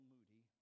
Moody